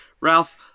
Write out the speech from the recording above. Ralph